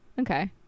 okay